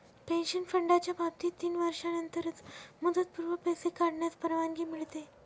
pension फंडाच्या बाबतीत तीन वर्षांनंतरच मुदतपूर्व पैसे काढण्यास परवानगी मिळते